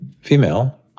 female